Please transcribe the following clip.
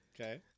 Okay